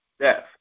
death